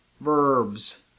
verbs